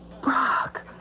Brock